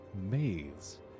maze